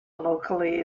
locally